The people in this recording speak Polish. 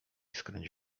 skręć